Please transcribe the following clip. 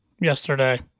yesterday